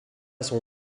son